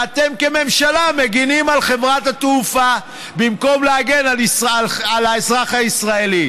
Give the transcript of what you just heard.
ואתם כממשלה מגינים על חברת התעופה במקום להגן על האזרח הישראלי,